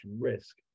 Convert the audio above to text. risk